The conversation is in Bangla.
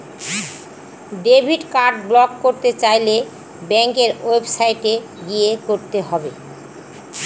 ডেবিট কার্ড ব্লক করতে চাইলে ব্যাঙ্কের ওয়েবসাইটে গিয়ে করতে হবে